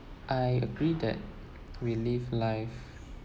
I agree that we live life